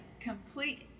complete